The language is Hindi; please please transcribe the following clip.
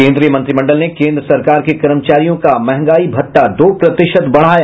केंद्रीय मंत्रिमंडल ने केंद्र सरकार के कर्मचारियों का महंगाई भत्ता दो प्रतिशत बढ़ाया